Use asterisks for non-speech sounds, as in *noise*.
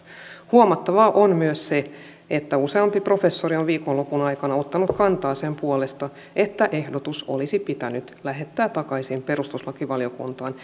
huomattavaa on myös se että useampi professori on viikonlopun aikana ottanut kantaa sen puolesta että ehdotus olisi pitänyt lähettää takaisin perustuslakivaliokuntaan *unintelligible*